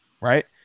right